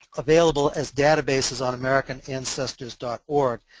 available as databases on american ancestors dot org.